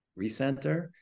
recenter